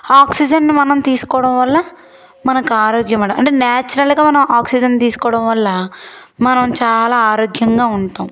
ఆక్సిజన్ని మనం తీసుకోవడం వల్ల మనకి ఆరోగ్యం అంటే న్యాచురల్గా మనము ఆక్సిజన్ తీసుకోవడం వల్ల మనం చాలా ఆరోగ్యంగా ఉంటాం